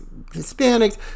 Hispanics